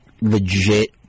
legit